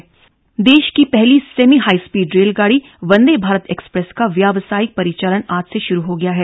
वंदे Bharat express देश की पहली सेमी हाईस्पीड रेलगाड़ी वंदे भारत एक्सप्रेस का व्यावसायिक परिचालन आज से शुरू हो गया है